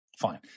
Fine